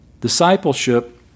Discipleship